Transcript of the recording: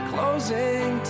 Closing